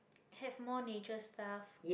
have more nature stuff